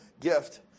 gift